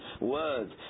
words